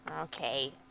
Okay